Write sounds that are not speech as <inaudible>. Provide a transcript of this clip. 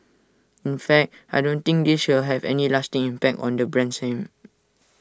in fact I don't think this will have any lasting impact on the brand's name <noise>